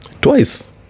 twice